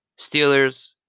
Steelers